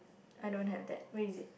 I don't have that where is it